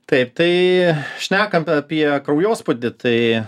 taip tai šnekant apie kraujospūdį tai